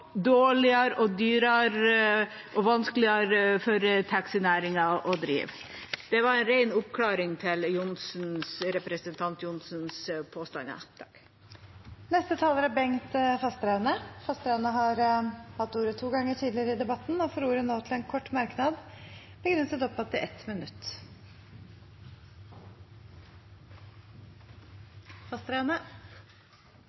dårligere, dyrere og vanskeligere for taxinæringen å drive. Det var en ren oppklaring til representanten Johnsens påstander. Representanten Bengt Fasteraune har hatt ordet to ganger tidligere og får ordet til en kort merknad, begrenset til 1 minutt.